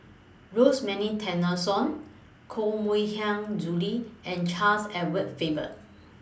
Rosemary Tessensohn Koh Mui Hiang Julie and Charles Edward Faber